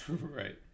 Right